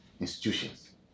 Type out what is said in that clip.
institutions